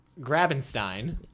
Grabenstein